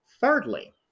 Thirdly